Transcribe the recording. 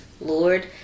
Lord